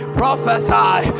prophesy